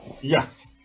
yes